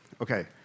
Okay